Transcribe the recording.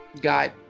got